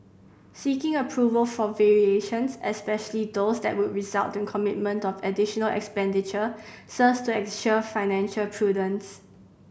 seeking approval for variations especially those that would result in commitment of additional expenditure serves to ensure financial prudence